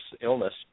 illness